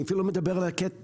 אני אפילו לא מדבר על הקטע